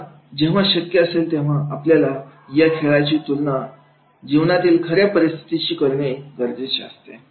आता जेव्हा शक्य असेल तेव्हा आपल्याला या खेळाची तुलना जीवनातील खरी परिस्थितीशी करणे गरजेचे असते